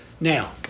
Now